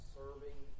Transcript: serving